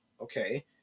okay